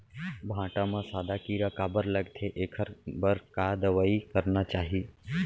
भांटा म सादा कीरा काबर लगथे एखर बर का दवई करना चाही?